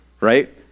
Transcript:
right